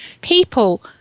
people